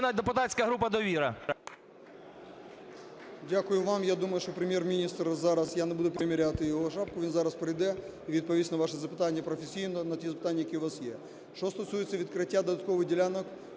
Дякую вам. Я думаю, що Прем'єр-міністр зараз, я не буду приміряти його шапку, він зараз прийде і відповість на ваші запитання професійно, на ті запитання, які у вас є. Що стосується відкриття додаткових ділянок,